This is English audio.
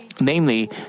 Namely